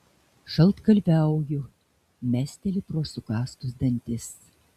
šaltkalviauju mesteli pro sukąstus dantis